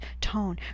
tone